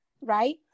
right